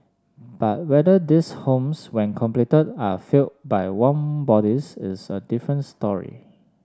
but whether these homes when completed are filled by warm bodies is a different story